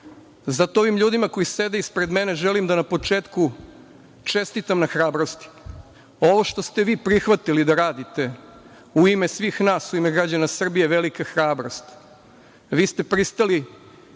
ovim ljudima koji sede ispred mene želim da na početku čestitam na hrabrosti. Ovo što ste vi prihvatili da radite u ime svih nas, u ime građana Srbije je velika hrabrost. Vi ste pristali